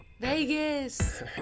Vegas